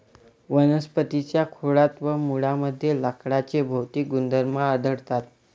वनस्पतीं च्या खोडात व मुळांमध्ये लाकडाचे भौतिक गुणधर्म आढळतात